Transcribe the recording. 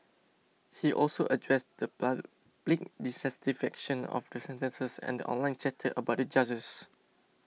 he also addressed the public dissatisfaction of the sentences and online chatter about the judges